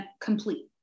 complete